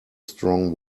strong